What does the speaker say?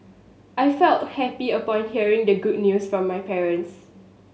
I felt happy upon hearing the good news from my parents